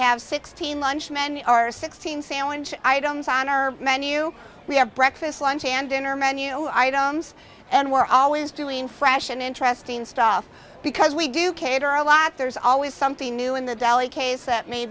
have sixteen lunch many are sixteen sandwich items on our menu we have breakfast lunch and dinner menu items and we're always doing fresh and interesting stuff because we do cater a lot there's always something new in the deli case